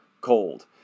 cold